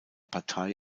partei